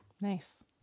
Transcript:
Nice